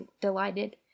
delighted